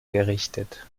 gerichtet